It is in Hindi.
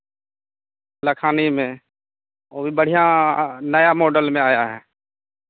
लखानी में वो भी बढ़ियाँ नया मोडल में आया है